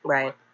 Right